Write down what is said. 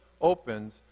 opens